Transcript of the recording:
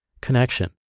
connection